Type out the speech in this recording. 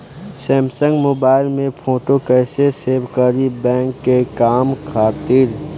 Samsung mobile में photo कैसे save करीं बैंक के काम खातिर?